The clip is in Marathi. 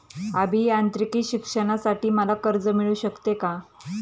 अभियांत्रिकी शिक्षणासाठी मला कर्ज मिळू शकते का?